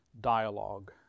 dialogue